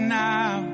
now